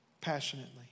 passionately